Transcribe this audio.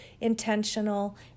intentional